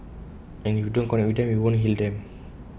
and if you don't connect with them you won't heal them